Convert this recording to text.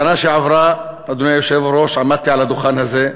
בשנה שעברה, אדוני היושב-ראש, עמדתי על הדוכן הזה,